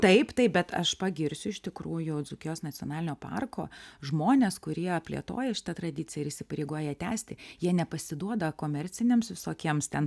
taip taip bet aš pagirsiu iš tikrųjų dzūkijos nacionalinio parko žmones kurie plėtoja šitą tradiciją ir įsipareigoja ją tęsti jie nepasiduoda komerciniams visokiems ten